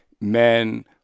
men